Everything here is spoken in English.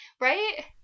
right